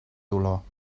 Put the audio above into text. dolor